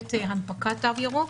יכולת הנפקת תו ירוק.